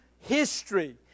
History